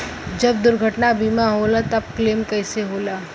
जब दुर्घटना बीमा होला त क्लेम कईसे होला?